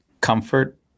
comfort